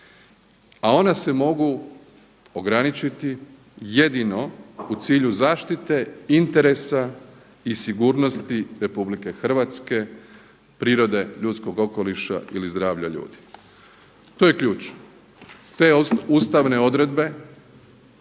a ona se mogu ograničiti jedino u cilju zaštite interesa i sigurnosti RH, prirode, ljudskog okoliša ili zdravlja ljudi. To je ključ. Te ustavne odredbe